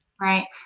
Right